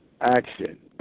action